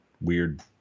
weird